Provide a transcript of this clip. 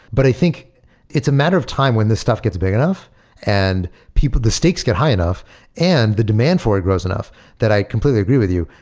but i think it's a matter of time when this stuff gets big enough and the stakes get high enough and the demand for it grows enough that i completely agree with you.